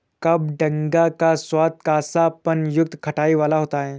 कबडंगा का स्वाद कसापन युक्त खटाई वाला होता है